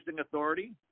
authority